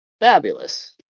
Fabulous